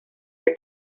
your